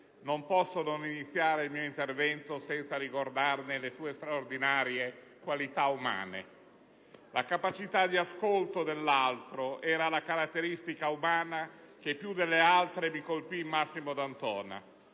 non posso non iniziare il mio intervento senza ricordarne le straordinarie qualità umane. La capacità di ascolto dell'altro era la caratteristica umana che più delle altre mi colpì in Massimo D'Antona.